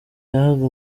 yahaga